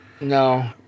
No